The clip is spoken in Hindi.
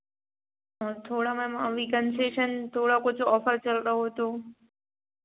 थोड़ा मैम अभी कन्सेशन थोड़ा कुछ ऑफर चल रहा हो तो